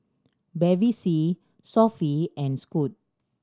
Bevy C Sofy and Scoot